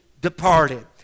departed